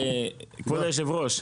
כבוד יושב הראש,